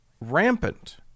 rampant